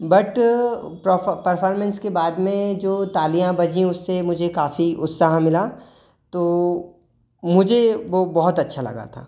but performance के बाद में जो तालियाँ बजीं उससे मुझे काफ़ी उत्साह मिला तो मुझे ये बहुत अच्छा लगा था